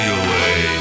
away